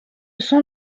sont